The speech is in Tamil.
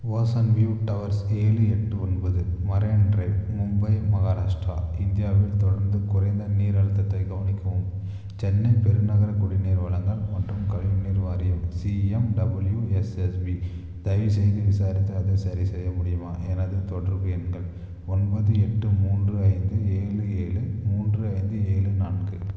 ஓசன் வியூ டவர்ஸ் ஏழு எட்டு ஒன்பது மரைன் ட்ரைவ் மும்பை மஹாராஷ்டிரா இந்தியாவில் தொடர்ந்து குறைந்த நீர் அழுத்தத்தைக் கவனிக்கவும் சென்னைப் பெருநகர குடிநீர் வழங்கல் மற்றும் கழிவுநீர் வாரியம் சிஎம்டபள்யூஎஸ்எஸ்பி தயவு செய்து விசாரித்து அதை சரி செய்ய முடியுமா எனது தொடர்பு எண்கள் ஒன்பது எட்டு மூன்று ஐந்து ஏழு ஏழு மூன்று ஐந்து ஏழு நான்கு